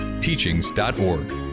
teachings.org